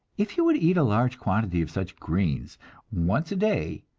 if you would eat a large quantity of such greens once a day,